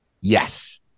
Yes